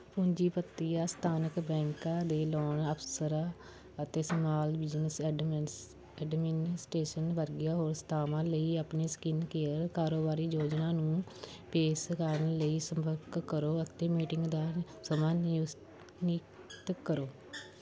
ਪੂੰਜੀਪਤੀਆਂ ਸਥਾਨਕ ਬੈਂਕਾ ਦੇ ਲੋਨ ਅਫਸਰ ਅਤੇ ਸਮਾਲ ਬਿਜ਼ਨਸ ਐਡਮਿਨਸ ਐਡਮਿਨਸਟੇਸਨ ਵਰਗੀਆਂ ਹੋਰ ਸੰਸਥਾਵਾਂ ਲਈ ਆਪਣੀ ਸਕਿੰਨ ਕੇਅਰ ਕਾਰੋਬਾਰੀ ਯੋਜਨਾ ਨੂੰ ਪੇਸ਼ ਕਾਰਨ ਲਈ ਸੰਪਰਕ ਕਰੋ ਅਤੇ ਮੀਟਿੰਗ ਦਾ ਸਮਾਂ ਨਿਯੁਸ ਨਿਯੁਕਤ ਕਰੋ